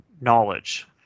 knowledge